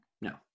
no